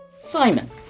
Simon